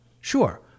Sure